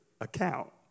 account